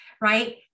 right